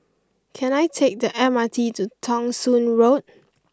can I take the M R T to Thong Soon Road